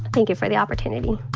thank you for the opportunity.